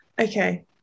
Okay